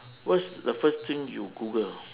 what's the first thing you google